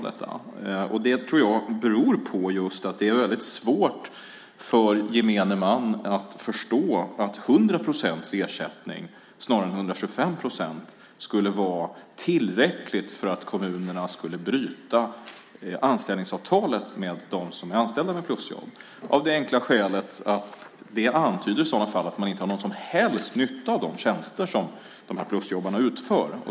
Det tror jag beror på att det är svårt för gemene man att förstå att 100 procents ersättning i stället för 125 procents ersättning skulle vara tillräckligt för att kommunerna skulle bryta anställningsavtalet med dem som är anställda med plusjobb. Detta av det enkla skälet att det i så fall antyder att man inte har någon som helst nytta av de tjänster som plusjobbarna utför.